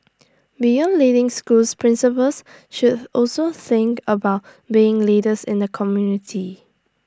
beyond leading schools principals should also think about being leaders in the community